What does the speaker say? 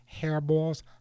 hairballs